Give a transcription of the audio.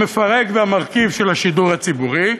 המפרק והמרכיב של השידור הציבורי,